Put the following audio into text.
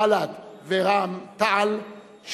בל"ד ורע"ם-תע"ל,